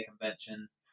Conventions